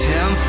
Ten